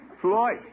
Floyd